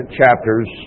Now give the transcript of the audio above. chapters